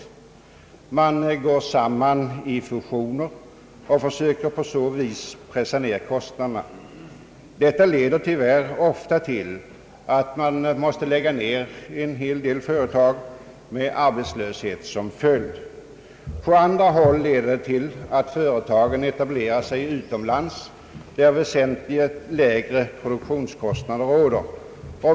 Företag går samman i fusioner och försöker på så vis att pressa ned kostnaderna. Detta leder tyvärr ofta till att man måste lägga ned en hel del företag med arbetslöshet som följd. På andra håll leder det till att företagen etablerar sig utomlands, där väsentligt lägre produktionskostnader råder.